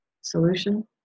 solution